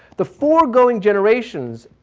the foregoing generations,